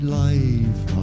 life